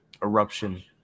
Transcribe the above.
Eruption